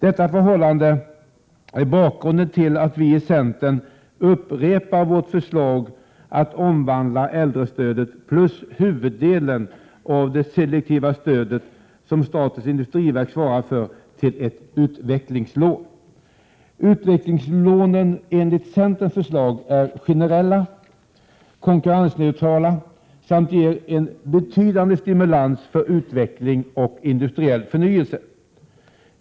Detta förhållande är bakgrunden till att vi i centern upprepar vårt förslag att omvandla äldrestödet plus huvuddelen av det selektiva stöd som statens industriverk svarar för till ett ”utvecklingslån”. Utvecklingslån enligt centerns förslag är generella och konkurrensneutrala och ger en betydande stimulans till utveckling och industriell förnyelse.